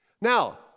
Now